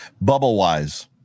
Bubble-wise